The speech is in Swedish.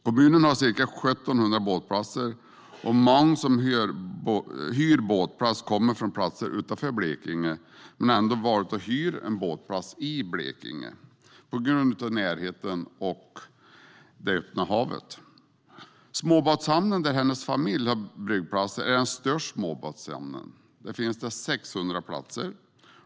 Kommunen har ca 1 700 båtplatser, och många som hyr båtplats kommer från platser utanför Blekinge men har ändå valt att hyra en båtplats i Blekinge på grund av närheten till skärgården och det öppna havet. Småbåtshamnen där hennes familj har bryggplatser är den största småbåtshamnen. Där finns det 600 platser.